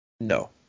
No